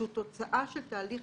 שהוא תוצאה של תהליך